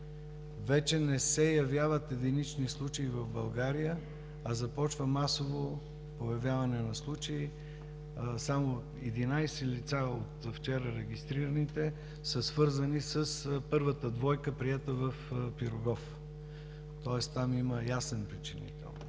вече не се явяват единични случаи в България, а започва масово появяване на случаи. Регистрираните само от вчера 11 лица са свързани с първата двойка, приета в „Пирогов“, тоест там има ясен причинител.